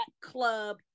club